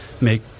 make